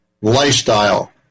lifestyle